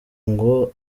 ngo